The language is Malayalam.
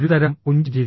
ഒരുതരം പുഞ്ചിരി